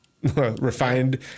refined